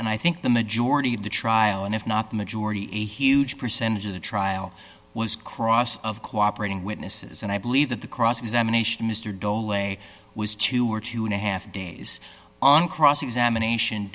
and i think the majority of the trial and if not the majority a huge percentage of the trial was cross of cooperating witnesses and i believe that the cross examination mr dolet was to were two and a half days on cross examination